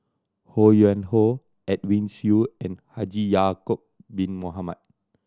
Ho Yuen Hoe Edwin Siew and Haji Ya'acob Bin Mohamed